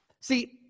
See